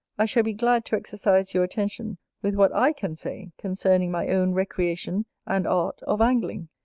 i shall be glad to exercise your attention with what i can say concerning my own recreation and art of angling,